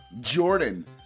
jordan